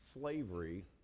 slavery